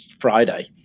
friday